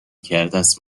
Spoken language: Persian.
کردست